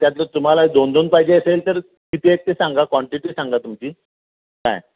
त्यातलं तुम्हाला दोन दोन पाहिजे असेल तर किती आहेत ते सांगा क्वांटिटी सांगा तुमची काय